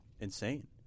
insane